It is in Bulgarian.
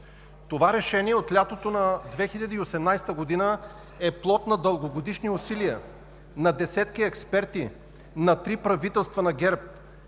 Това решение от лятото на 2018 г. е плод на дългогодишни усилия на десетки експерти, на три правителства на ГЕРБ.